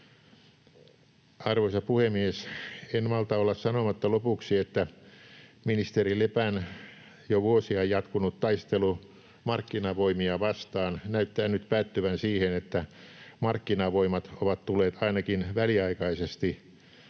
Arvoisa puhemies! En malta olla sanomatta lopuksi, että ministeri Lepän jo vuosia jatkunut taistelu markkinavoimia vastaan näyttää nyt päättyvän siihen, että markkinavoimat ovat tulleet ainakin väliaikaisesti